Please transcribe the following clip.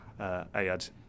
Ayad